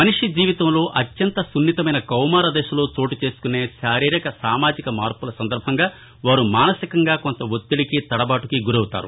మనిషిజీవితంలో అత్యంత సున్నితమైన కౌమారదశలో చోటుచేసుకునే శారీరక సామాజిక మార్పుల సందర్బంగా వారు మానసికంగా కొంత వత్తిదికి తడబాటుకి గురవుతారు